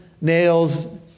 nails